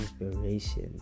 inspiration